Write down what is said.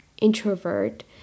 introvert